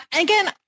again